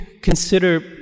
consider